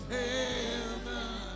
heaven